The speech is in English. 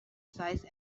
size